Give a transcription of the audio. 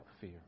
fear